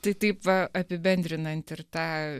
tai taip va apibendrinant ir tą